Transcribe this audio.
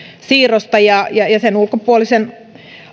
siirrosta sen ulkopuolisen